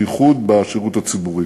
בייחוד בשירות הציבור.